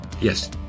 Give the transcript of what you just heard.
Yes